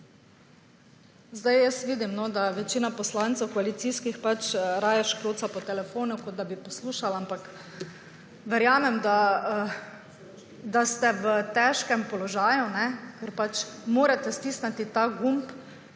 Sedaj jaz vidim, da večina poslancev koalicijskih pač raje škloca po telefonu kot da bi poslušali, ampak verjamem, da ste v težkem položaju, ker morate stisniti ta gumb,